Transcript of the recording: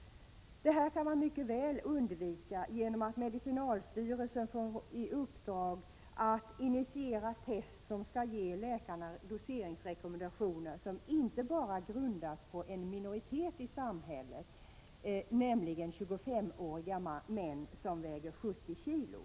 Det här kan man mycket väl undvika genom att socialstyrelsen får i uppdrag att initiera test som skall ge läkarna doseringsrekommendationer som inte bara grundas på en minoritet i samhället, nämligen 25-åriga män som väger 70 kg.